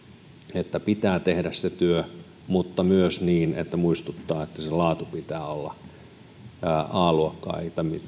että pitää tehdä se työ mutta myös muistuttaa että sen pitää olla laadultaan a luokkaa eikä